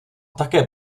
také